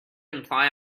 imply